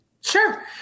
Sure